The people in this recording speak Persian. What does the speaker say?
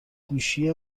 گوشی